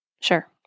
Sure